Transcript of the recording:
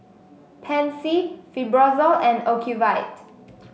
Pansy Fibrosol and Ocuvite